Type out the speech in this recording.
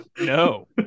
No